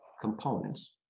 components